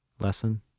lesson